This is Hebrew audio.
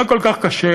מה כל כך קשה,